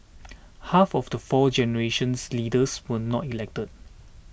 half of the fourth generations leaders were not elected